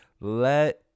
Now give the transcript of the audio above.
Let